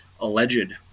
alleged